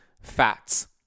fats